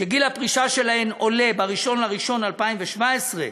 שגיל הפרישה שלהן עולה ב-1 בינואר 2017,